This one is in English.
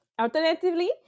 Alternatively